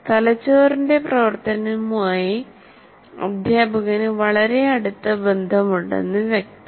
തലച്ചോറിന്റെ പ്രവർത്തനവുമായി അധ്യാപകന് വളരെ അടുത്ത ബന്ധമുണ്ടെന്ന് വ്യക്തം